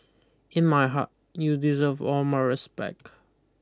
in my heart you deserve all my respect